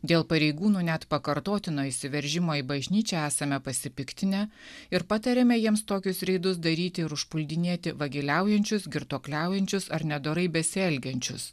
dėl pareigūnų net pakartotino įsiveržimo į bažnyčią esame pasipiktinę ir patariame jiems tokius reidus daryti ir užpuldinėti vagiliaujančius girtuokliaujančius ar nedorai besielgiančius